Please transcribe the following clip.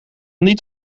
niet